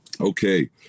Okay